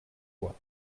bois